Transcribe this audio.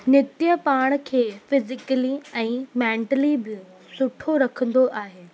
नृत्य पाण खे फिज़ीकली ऐं मेंटली बि सुठो रखंदो आहे